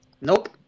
Nope